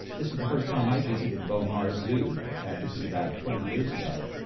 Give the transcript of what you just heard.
this is the first time i visited beaumaris zoo, and this was about twenty years ago,